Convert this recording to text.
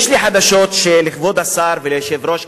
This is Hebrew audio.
יש לי חדשות לכבוד השר והיושב-ראש,